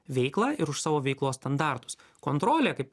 veiklą ir už savo veiklos standartus kontrolė kaip